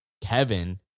Kevin